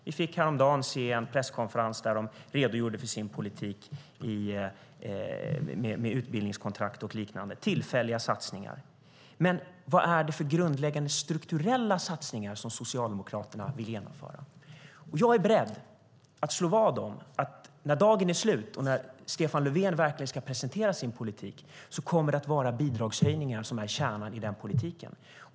Vi fick häromdagen se en presskonferens där de redogjorde för sin politik med utbildningskontrakt och liknande - tillfälliga satsningar. Men vilka grundläggande strukturella satsningar vill Socialdemokraterna genomföra? Jag är beredd att slå vad om att när dagen är slut och Stefan Löfven presenterat sin politik kommer bidragshöjningar att vara kärnan i den politiken.